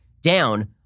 down